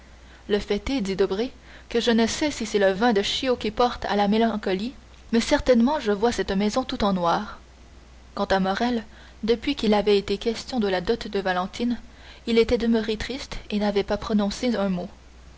le fait est dit debray que je ne sais si c'est le vin de chio qui porte à la mélancolie mais certainement je vois cette maison tout en noir quant à morrel depuis qu'il avait été question de la dot de valentine il était demeuré triste et n'avait pas prononcé un mot